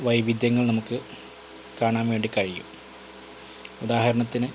വൈവിധ്യങ്ങൾ നമുക്ക് കാണാൻ വേണ്ടി കഴിയും ഉദാഹരണത്തിന്